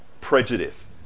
prejudice